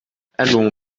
allons